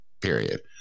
period